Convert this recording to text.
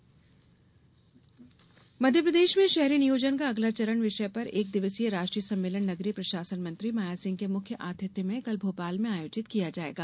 सम्मेलन मध्यप्रदेश में शहरी नियोजन का अगला चरण विषय पर एक दिवसीय राष्ट्रीय सम्मेलन नगरीय प्रशासन मंत्री माया सिंह के मुख्य अतिथ्य में कल भोपाल में आयोजित किया जायेगा